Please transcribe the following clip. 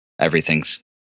everything's